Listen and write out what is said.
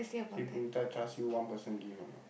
see Punitha trust you one person give or not